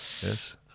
Yes